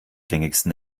gängigsten